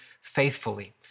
faithfully